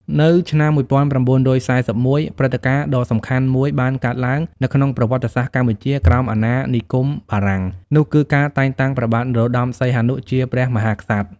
នៅឆ្នាំ១៩៤១ ព្រឹត្តិការណ៍ដ៏សំខាន់មួយបានកើតឡើងនៅក្នុងប្រវត្តិសាស្ត្រកម្ពុជាក្រោមអាណានិគមបារាំង នោះគឺការតែងតាំងព្រះបាទនរោត្ដម សីហនុ ជាព្រះមហាក្សត្រ។